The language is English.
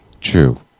True